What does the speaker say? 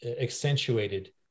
accentuated